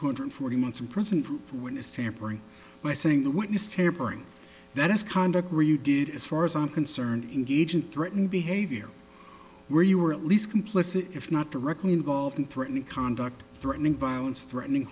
hundred forty months in prison for witness tampering by saying the witness tampering that his conduct were you did as far as i'm concerned in gage and threaten behavior where you were at least complicit if not directly involved in threatening conduct threatening violence threatening